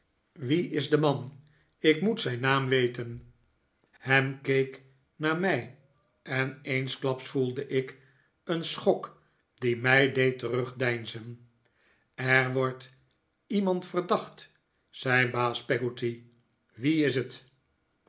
wie is de man ik moet zijn naam weten ham keek naar mij en eensklaps voelde ik een schok die mij deed terugdeinzen er wordt iemand verdacht zei baas peggotty wie is het